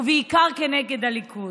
ובעיקר כנגד הליכוד.